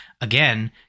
again